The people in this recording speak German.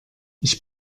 ich